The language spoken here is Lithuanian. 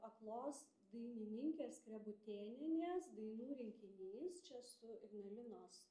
aklos dainininkės skrebutėnienės dainų rinkinys čia su ignalinos